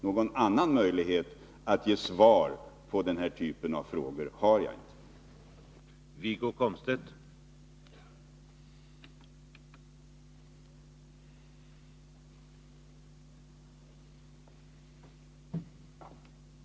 Någon annan möjlighet att ge svar på den här typen av frågor har jag inte.